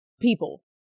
people